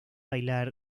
bailar